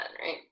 right